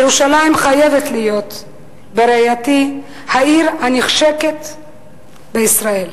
ירושלים חייבת להיות בראייתי העיר הנחשקת בישראל,